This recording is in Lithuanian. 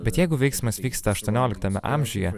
bet jeigu veiksmas vyksta aštuonioliktame amžiuje